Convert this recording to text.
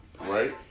right